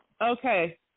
Okay